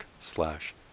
slash